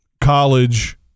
college